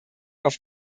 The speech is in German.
auf